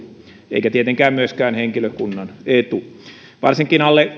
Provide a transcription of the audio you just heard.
eikä tietenkään myöskään henkilökunnan etu varsinkin alle